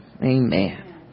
Amen